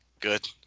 good